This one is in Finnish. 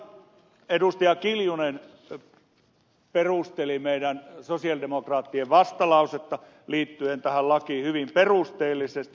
anneli kiljunen perusteli meidän sosialidemokraattien vastalausetta liittyen tähän lakiin hyvin perusteellisesti